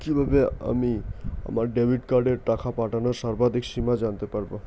কিভাবে আমি আমার ডেবিট কার্ডের টাকা ওঠানোর সর্বাধিক সীমা জানতে পারব?